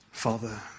Father